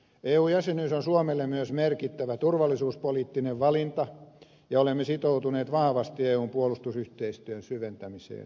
eu jäsenyys on suomelle myös merkittävä turvallisuuspoliittinen valinta ja olemme sitoutuneet vahvasti eun puolustusyhteistyön syventämiseen